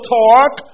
talk